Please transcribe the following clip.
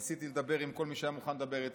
ניסיתי לדבר עם כל מי שהיה מוכן לדבר איתי.